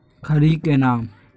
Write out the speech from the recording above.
खड़ी के नाम?